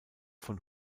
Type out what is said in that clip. von